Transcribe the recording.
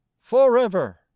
forever